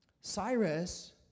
Cyrus